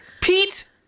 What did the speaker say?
Pete